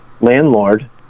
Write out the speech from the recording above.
landlord